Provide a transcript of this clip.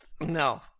No